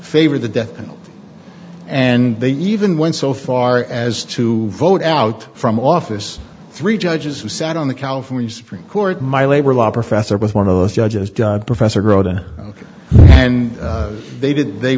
favor the death penalty and they even went so far as to vote out from office three judges who sat on the california supreme court my labor law professor with one of those judges doug professor groden and they did they